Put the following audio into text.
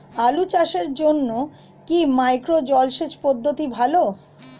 আলু চাষের জন্য কি মাইক্রো জলসেচ পদ্ধতি ভালো?